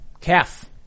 calf